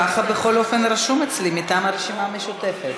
ככה בכל אופן רשום אצלי, מטעם הרשימה המשותפת.